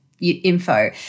info